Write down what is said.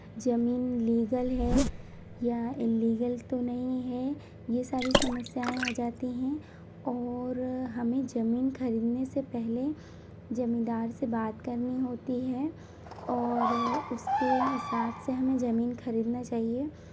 जमीन लीगल है या इल्लीगल तो नहीं है ये सारी समस्याएं आ जाती हैं और हमें जमीन खरीदने से पहले जमींदार से बात करनी होती है और उसके हिसाब से हमें जमीन खरीदना चाहिये